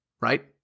right